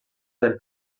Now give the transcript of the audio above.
del